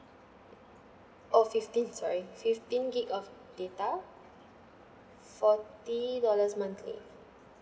oh fifteen sorry fifteen GIG of data forty dollars monthly